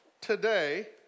today